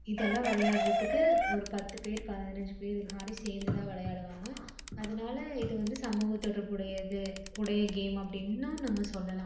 இதெல்லாம் விளையாடுறத்துக்கு ஒரு பத்து பேர் பதினஞ்சு பேர் எல்லோரும் சேர்ந்துதான் விளையாடுவாங்க அதனால இது வந்து சமூகத்தொடர்புடையது உடைய கேம் அப்படின்னும் நம்ம சொல்லலாம்